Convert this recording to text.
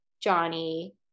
Johnny